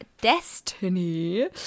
destiny